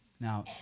Now